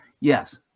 Yes